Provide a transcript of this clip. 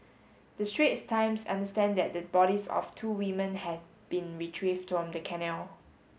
the Straits Times understand that the bodies of two women have been retrieved from the canal